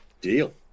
Deal